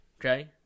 Okay